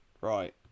right